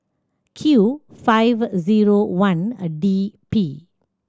Q five zero one a D P